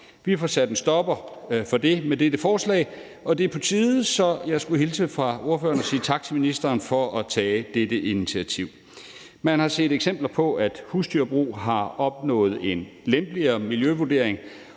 Vi får sat en stopper for det med dette forslag, og det er på tide, så jeg skulle hilse fra ordføreren og sige tak til ministeren for at tage dette initiativ. Man har set eksempler på, at husdyrbrug har opnået en lempeligere miljøvurdering